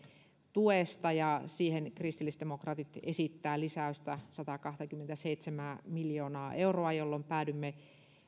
tuesta ja siihen kristillisdemokraatit esittää lisäystä satakaksikymmentäseitsemän miljoonaa euroa jolloin päädymme